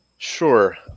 sure